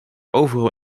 overal